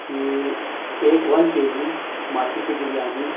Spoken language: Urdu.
کہ ایک ون کے جی ماشی کی بریانی